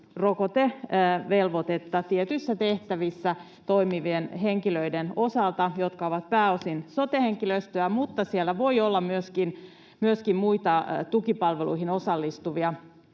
rokotevelvoitetta tietyissä tehtävissä toimivien henkilöiden osalta, jotka ovat pääosin sote-henkilöstöä, mutta siellä voi olla myöskin muita tukipalveluihin osallistuvia